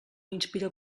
inspira